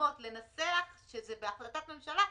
בפעימות לנסח שזה בהחלטת ממשלה,